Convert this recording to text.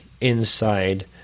inside